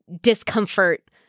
discomfort